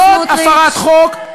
זאת הפרת חוק.